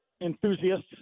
enthusiasts